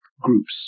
groups